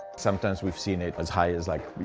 sometimes we've seen it as high as like, you